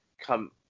come